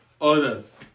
others